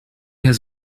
has